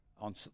on